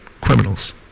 criminals